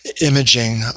imaging